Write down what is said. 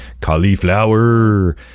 Cauliflower